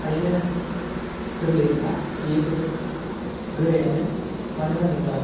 थारैनो गोरलै नङा बेयो जोबोद गोरायानो मानो होनोब्ला